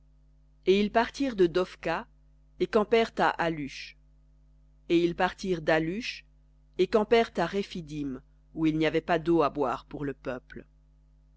et ils partirent de dophka et campèrent à élu et ils partirent d'alush et campèrent à rephidim où il n'y avait pas d'eau à boire pour le peuple